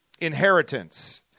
inheritance